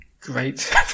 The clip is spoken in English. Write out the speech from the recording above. Great